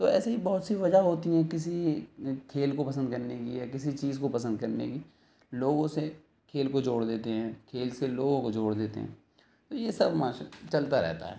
تو ایسے ہی بہت سی وجہ ہوتی ہیں کسی کھیل کو پسند کرنے کی یا کسی چیز کو پسند کرنے کی لوگ اسے کھیل کو جوڑ دیتے ہیں کھیل سے لوگوں کو جوڑ دیتے ہیں تو یہ سب معاش چلتا رہتا ہے